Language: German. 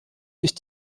sich